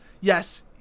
yes